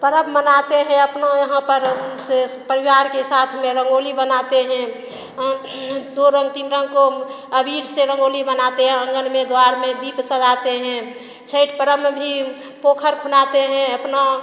पर्व मनाते हैं अपना यहाँ पर विशेष परिवार के साथ में रंगोली बनाते हैं दो रंग तीन रंग को अबीर से रंगोली बनाते हैं आँगन में द्वार में दीप सजाते हैं छठ पर्व में भी पोखर खुनाते हैं अपना